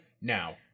now